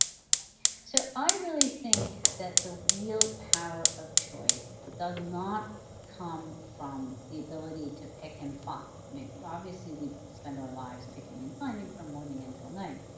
so i really think that the real power of choice does not come from the ability to pick and find. i mean, obviously, we spend our lives picking and finding from morning until night.